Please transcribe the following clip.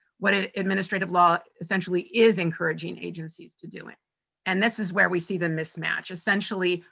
what ah administrative law essentially is encouraging agencies to doing. and this is where we see the mismatch. essentially,